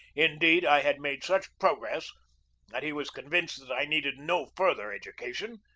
indeed, i had made such progress that he was convinced that i needed no further education,